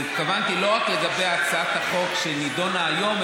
והתכוונתי לא רק להצעת החוק שנדונה היום,